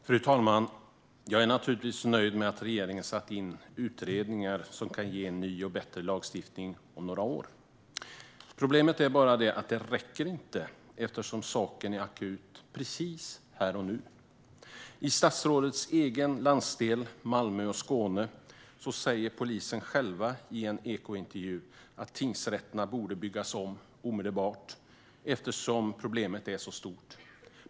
Fru talman! Jag är naturligtvis nöjd med att regeringen satt in utredningar som kan ge ny och bättre lagstiftning om några år. Problemet är bara att det inte räcker eftersom saken är akut här och nu. I Malmö i statsrådets egen landsdel Skåne säger polisen själv i en intervju i Ekot att tingsrätterna borde byggas om omedelbart eftersom problemet är så stort.